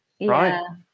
right